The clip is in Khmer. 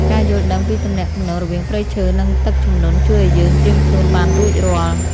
ការយល់ដឹងពីទំនាក់ទំនងរវាងព្រៃឈើ និងទឹកជំនន់ជួយឱ្យយើងត្រៀមខ្លួនបានរួចរាល់។